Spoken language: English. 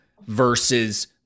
versus